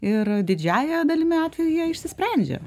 ir didžiąja dalimi atvejų jie išsisprendžia